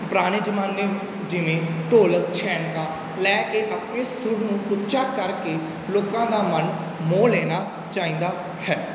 ਪੁਰਾਣੇ ਜ਼ਮਾਨੇ ਜਿਵੇਂ ਢੋਲਕ ਛੈਣਕਾਂ ਲੈ ਕੇ ਆਪਣੇ ਸੁਰ ਨੂੰ ਉੱਚਾ ਕਰਕੇ ਲੋਕਾਂ ਦਾ ਮਨ ਮੋਹ ਲੈਣਾ ਚਾਹੀਦਾ ਹੈ